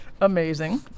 amazing